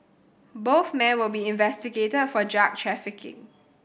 both men will be investigated for drug trafficking